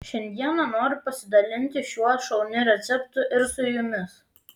šiandieną noriu pasidalinti šiuo šauniu receptu ir su jumis